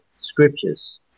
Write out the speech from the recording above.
scriptures